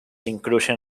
incluyen